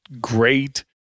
great